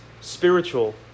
spiritual